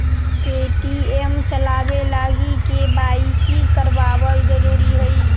Paytm चलाबे लागी KYC करबाबल जरूरी हई